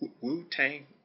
Wu-Tang